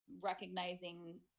recognizing